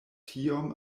tiom